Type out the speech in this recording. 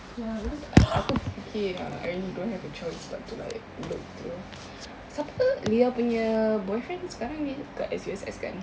ya because I aku fikir uh I really don't have a choice but to like look through siapa lia punya boyfriend sekarang dekat S_U_S_S kan